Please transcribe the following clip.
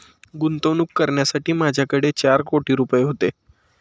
गुंतवणूक करण्यासाठी माझ्याकडे चार कोटी रुपये होते